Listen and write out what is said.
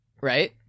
right